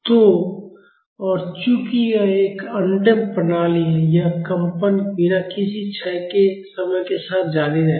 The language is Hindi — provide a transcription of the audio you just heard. तो और चूँकि यह एक अनडम्प्ड प्रणाली है यह कंपन बिना किसी क्षय के समय के साथ जारी रहेगा